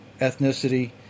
ethnicity